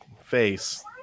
face